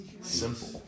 simple